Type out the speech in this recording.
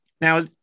now